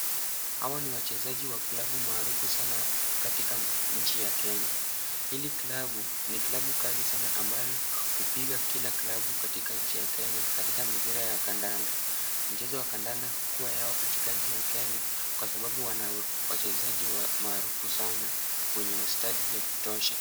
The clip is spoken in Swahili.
Hawa ni wachezaji wa kilabu maarufu sana katika nchi ya Kenya, hii kilabu ni kilabu kali sana ambayo hupiga kila kilabu katika nchi ya Kenya katika mpira wa kandanda, mchezo wa kandanda hukuwa yao katika nchi ya Kenya kwa sababu wana wachezaji maarufu sana wenye ustadi wa kutosha.